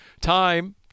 time